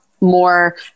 more